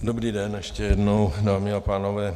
Dobrý den ještě jednou, dámy a pánové.